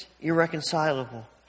irreconcilable